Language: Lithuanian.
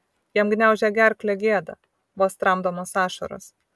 jam gniaužė gerklę gėda vos tramdomos ašaros